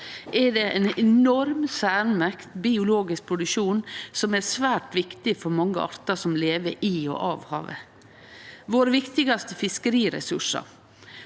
er det ein enorm særmerkt biologisk produksjon som er svært viktig for mange artar som lever i og av havet. Våre viktigaste fiskeriressursar